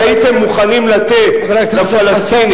חבר הכנסת חסון.